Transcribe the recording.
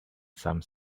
some